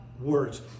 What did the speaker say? words